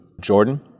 Jordan